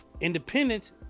independence